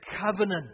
covenant